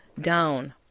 down